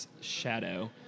shadow